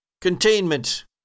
containment